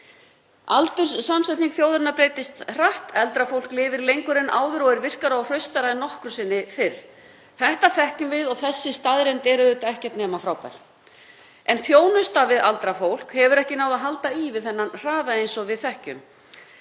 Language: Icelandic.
Aldurssamsetning þjóðarinnar breytist hratt. Eldra fólk lifir lengur en áður og er virkara og hraustara en nokkru sinni fyrr. Þetta þekkjum við og sú staðreynd er auðvitað ekkert nema frábær. En þjónusta við aldrað fólk hefur ekki náð að halda í við þennan hraða, eins og við þekkjum,